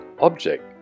object